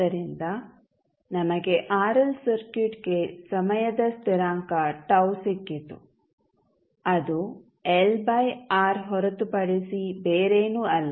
ಆದ್ದರಿಂದ ನಮಗೆ ಆರ್ಎಲ್ ಸರ್ಕ್ಯೂಟ್ಗೆ ಸಮಯದ ಸ್ಥಿರಾಂಕ τ ಸಿಕ್ಕಿತು ಅದು ಎಲ್ ಬೈ ಆರ್ ಹೊರತುಪಡಿಸಿ ಬೇರೇನೂ ಅಲ್ಲ